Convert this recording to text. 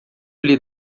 lhe